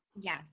Yes